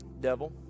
devil